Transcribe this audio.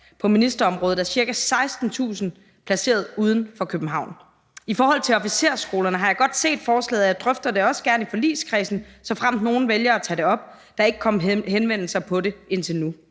på ministerområdet er ca. 16.000 placeret uden for København. I forhold til officersskolerne har jeg godt set forslaget, og jeg drøfter det også gerne i forligskredsen, såfremt nogen vælger at tage det op. Der er ikke kommet henvendelse om det indtil nu.